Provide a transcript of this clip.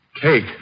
Cake